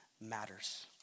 matters